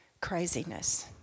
craziness